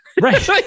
right